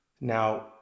Now